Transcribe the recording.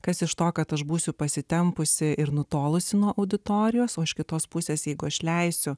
kas iš to kad aš būsiu pasitempusi ir nutolusi nuo auditorijos o iš kitos pusės jeigu aš leisiu